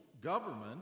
government